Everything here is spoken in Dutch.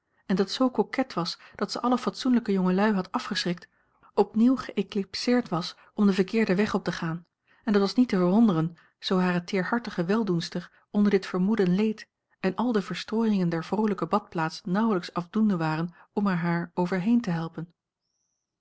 en dat zoo coquet was dat ze alle fatsoenlijke jongelui had afgeschrikt opnieuw geëclipseerd was om den verkeerden weg op te gaan en het was niet te verwonderen zoo hare teerhartige weldoenster onder dit vermoeden leed en al de verstrooiingen der vroolijke badplaats nauwelijks afdoende waren om er haar overheen te helpen